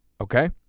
okay